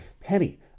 Penny